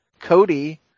Cody